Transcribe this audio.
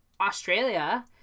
Australia